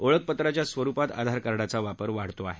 ओळखपत्राच्या स्वरुपात आधार कार्डाचा वापर वाढत आहे